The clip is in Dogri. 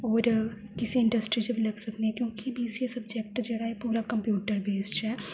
होर किसे इंडस्ट्री च बी लग्गी सकनी आं क्योंकि बीसीए सब्जेक्ट जेह्ड़ा ऐ पूरा कम्प्यूटर बेस्ड ऐ